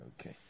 Okay